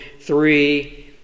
three